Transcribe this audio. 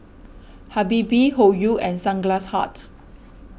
Habibie Hoyu and Sunglass Hut